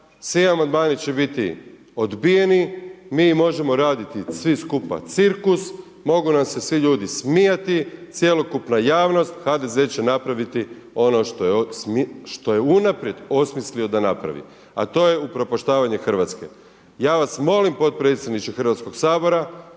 svi amandman će biti odbijeni, mi možemo raditi svi skupa cirkus, mogu nam se svi ljudi smijati, cjelokupna javnost, HDZ će napraviti ono što je unaprijed osmislio da napravi, a to je upropaštavanje Hrvatske. Ja vas molim potpredsjedniče Hrvatskog sabora